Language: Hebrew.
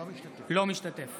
משתתף